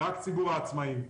רק ציבור העצמאים.